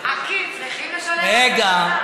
אקי"ם צריכים לשלם, רגע.